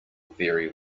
very